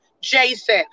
Jason